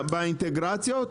באינטגרציות.